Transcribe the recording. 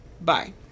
Bye